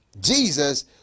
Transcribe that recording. jesus